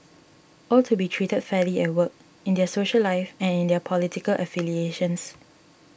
all to be treated fairly at work in their social life and in their political affiliations